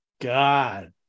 God